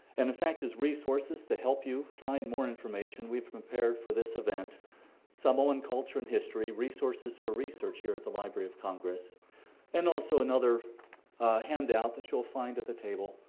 and in fact as resources to help you find more information, we've prepared for this event samoan culture and history resources for research here at the library of congress and also another handout that you'll find at the table,